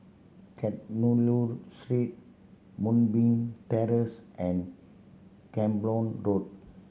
Kadayanallur Street Moonbeam Terrace and Camborne Road